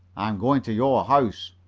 i'm going to your house.